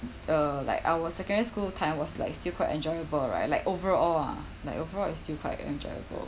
oh like our secondary school time was like still quite enjoyable right like overall ah like overall it's still quite enjoyable